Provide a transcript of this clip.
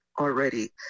already